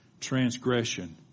transgression